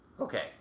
Okay